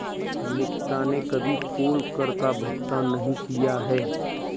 निकिता ने कभी पोल कर का भुगतान नहीं किया है